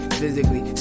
physically